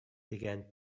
began